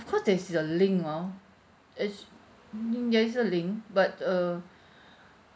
course there's a link oh it's mm there's a link but uh